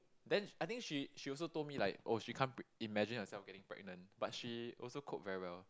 then I think she she also told me like oh she can't pre~ imagine herself getting pregnant but she also cope very well